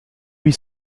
huit